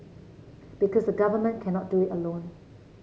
because the government cannot do it alone